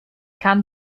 kam